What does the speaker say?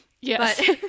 yes